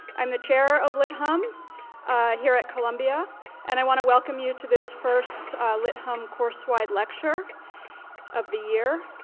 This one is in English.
i'm the chair of lit hum here at columbia and i want to welcome you to this first lit hum course-wide lecture of the year.